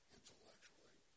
intellectually